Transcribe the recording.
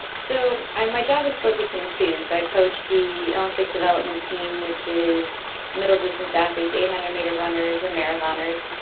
so my job is split between two. so i coach the olympic development team, which is middle distance athletes, eight hundred meter runners and marathoners.